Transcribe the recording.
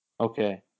okay